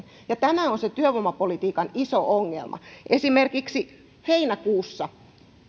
tämä on se työvoimapolitiikan iso ongelma esimerkiksi heinäkuussa